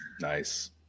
Nice